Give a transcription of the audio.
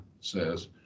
says